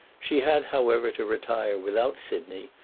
she had however to retire without sidney,